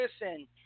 listen